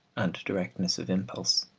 and directness of impulse.